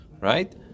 right